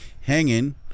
hanging